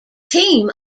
team